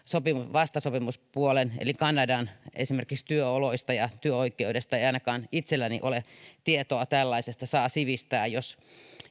vastasopimuspuolen eli kanadan esimerkiksi työoloista ja työoikeudesta ei ainakaan itselläni ole tietoa tällaisesta saa sivistää jos